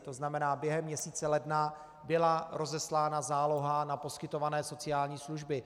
To znamená, během měsíce ledna byla rozeslána záloha na poskytované sociální služby.